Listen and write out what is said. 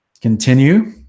continue